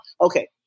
Okay